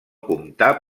comptà